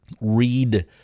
Read